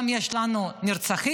גם כשיש לנו נרצחים.